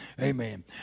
Amen